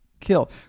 kill